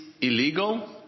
illegal